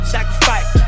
Sacrifice